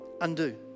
undo